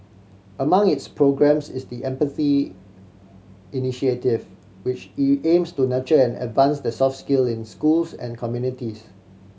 among its programmes is the Empathy Initiative which aims to nurture and advance the soft skill in schools and communities